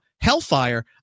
Hellfire